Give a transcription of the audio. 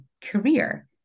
career